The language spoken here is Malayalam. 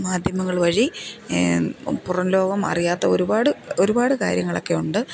മാധ്യമങ്ങൾ വഴി ഈ പുറം ലോകം അറിയാത്ത ഒരുപാട് ഒരുപാട് കാര്യങ്ങളൊക്കെയുണ്ട്